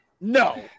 No